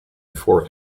before